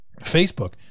Facebook